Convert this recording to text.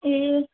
ए